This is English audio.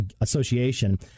Association